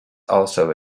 also